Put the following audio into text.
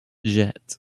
jet